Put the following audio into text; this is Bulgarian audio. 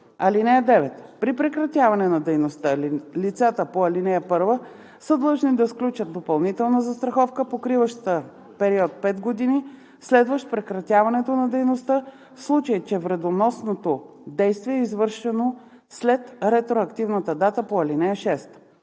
(9) При прекратяване на дейността лицата по ал. 1 са длъжни да сключат допълнителна застраховка, покриваща период 5 години, следващ прекратяването на дейността, в случай че вредоносното действие е извършено след ретроактивната дата по ал. 6.